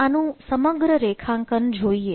આનું સમગ્ર રેખાંકન જોઇએ